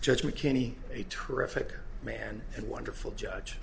judge mckinney a terrific man and wonderful judge